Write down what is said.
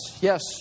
yes